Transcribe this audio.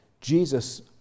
Jesus